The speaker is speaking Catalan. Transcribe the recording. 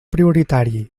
prioritari